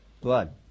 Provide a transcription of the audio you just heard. blood